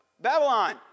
Babylon